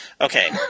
Okay